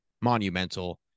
monumental